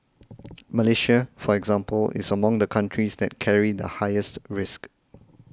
Malaysia for example is among the countries that carry the highest risk